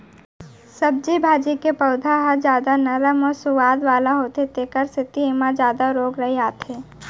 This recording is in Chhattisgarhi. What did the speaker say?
सब्जी भाजी के पउधा ह जादा नरम अउ सुवाद वाला होथे तेखर सेती एमा जादा रोग राई आथे